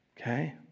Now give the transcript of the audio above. Okay